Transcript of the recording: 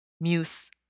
muse